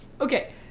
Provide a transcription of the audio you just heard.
Okay